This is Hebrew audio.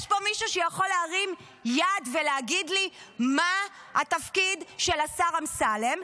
יש פה מישהו שיכול להרים יד ולהגיד לי מה התפקיד של השר אמסלם?